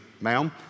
ma'am